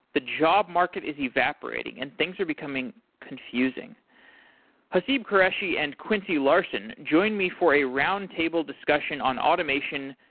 the job market is evaporating and things are becoming confusing haseeb qureshi and quincy larson join me for a roundtable discussion on automation,